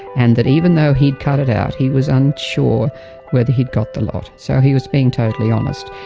and that even though he had cut it out he was unsure whether he had got the lot. so he was being totally honest.